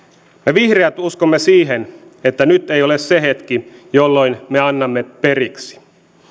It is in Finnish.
vihreät uskomme siihen että nyt ei ole se hetki jolloin me annamme periksi